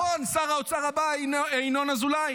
נכון, שר האוצר הבא ינון אזולאי?